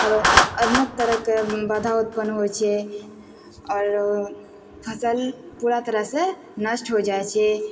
आरो अनेक तरहके बाधा उत्पन्न होइ छै आओर फसल पूरा तरह से नष्ट होइ जाइ छै